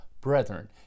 brethren